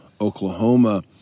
Oklahoma